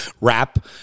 rap